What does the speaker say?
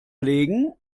überlegen